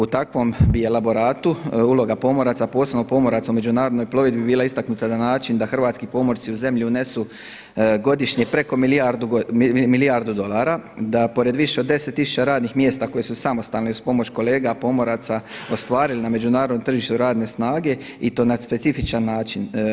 U takvom bi elaboratu uloga pomoraca posebno pomoraca u međunarodnoj plovidbi bila istaknuta na način da hrvatski pomorci u zemlju unesu godišnje preko milijardu dolara, da pored više od deset tisuća radnih mjesta koja su samostalne i uz pomoć kolega pomoraca ostvarili na međunarodnom tržištu radne snage i to na specifičan način.